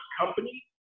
company